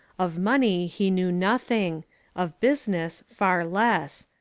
of money he knew nothing of business, far less.